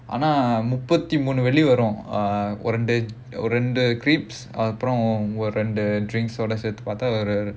ஆனா முப்பத்தி மூணு வெள்ளி வரும்:aanaa mupathi moonu velli varum uh ஒரு ரெண்டு:oru rendu crepes அப்புறம் ரெண்டு:appuram rendu drinks ஓட சேர்த்து பார்த்தா ஒரு:oda serthu paarthaa oru